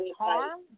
harm